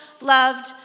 loved